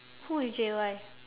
who is J Y